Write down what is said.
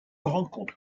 rencontre